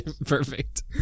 Perfect